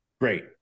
Great